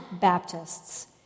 Baptists